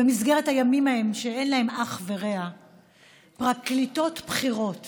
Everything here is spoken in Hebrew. במסגרת הימים האלה שאין להם אח ורע פרקליטות בכירות